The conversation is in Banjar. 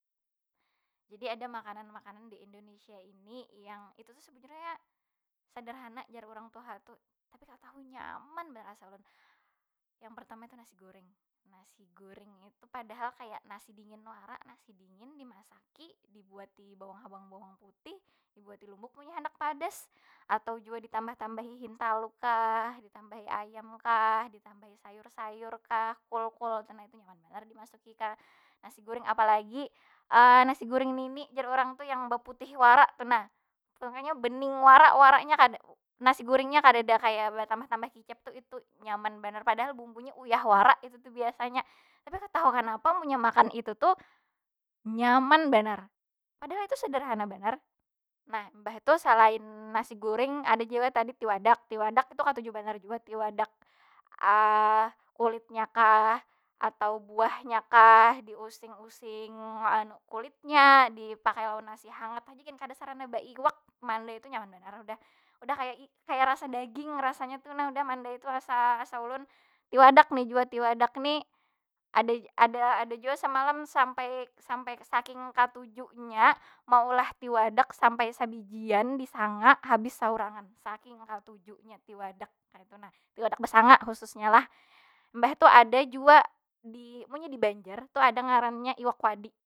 Jadi ada makanan- makanan di indonesia ini yang itu tu sebujurnya sederhana jar urang tuha tu. Tapi kada tahu, nyaman banar asa ulun. Yang pertama itu nasi goreng. nasi goreng itu padahal kaya nasi dingin wara, nasi dingin dimasaki dibuati bawang habang, bawang putih, dibuati lumbuk munnya handak padas. Atau jua ditambah- tambahi hintalu kah, ditambahi ayam kah, ditambahi sayur- sayur kah, kol- kol tah itu nyaman banar dimasuki ka nasi goreng. Apalagi nasi goreng nini jar urang tu yang baputih wara tu nah. Pokonya bening wara- waranya nasi gorengnya kadada kaya batambah- tambah kicap tu itu nyaman banar. Padahal bumbunya uyah wara itu tu biasanya. Tapi katahu kanapa munnya makan itut tu, nayman banar. Padahal itu tu sederhana banar. Nah, mbah tu selain nasi goreng ada jua tadi tiwadak. Tiwadak itu katuju banar jua tiwadak. kulitnya kah, atau buahnya kah diusing- using anu kulitnya dipakai lawan nasi hangat aja gin kada sarana baiwak, mandai itu nyaman banar udah. Udah kaya kaya rasa daging, rasanya tu nah. Mandai tu asa- asa ulun. Tiwadak ni jua, tiwadak ni ada- ada- ada jua samalam sampai- sampai saking katujunya maulah tiwadak sampai sabijian disanga habis saurangan. Saking katujunya tiwadak, kaytu nah. Tiwadak besanga khususnya lah. Mbah tu ada jua di, munnya di banjar tu ada ngarannya iwak wadi.